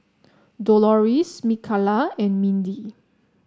Doloris Mikalah and Mindi